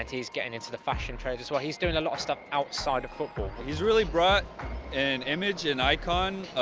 and he's getting into the fashion trade as well, he's doing a lot of stuff outside of football. he's really brought an image, an icon.